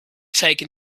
taken